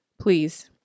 please